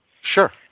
Sure